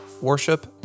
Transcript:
worship